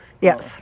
Yes